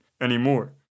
anymore